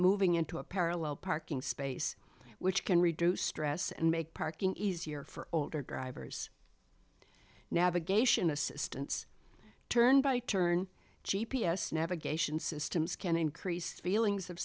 moving into a parallel parking space which can reduce stress and make parking easier for older drivers navigation assistance turn by turn g p s navigation systems can increase feelings of